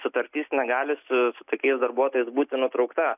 sutartis negali su su tokiais darbuotojais būti nutraukta